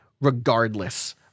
regardless